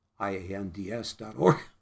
IANDS.org